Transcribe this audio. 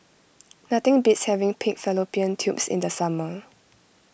nothing beats having Pig Fallopian Tubes in the summer